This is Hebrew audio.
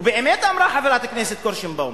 ובאמת אמרה חברת הכנסת קירשנבאום: